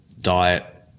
diet